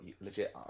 legit